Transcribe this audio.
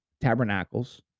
tabernacles